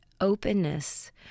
openness